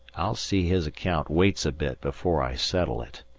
i'll see his account waits a bit before i settle it.